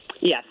Yes